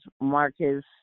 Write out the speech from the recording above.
Marcus